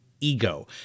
ego